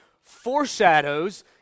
foreshadows